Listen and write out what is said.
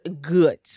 good